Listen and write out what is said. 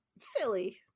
silly